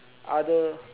other